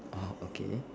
orh okay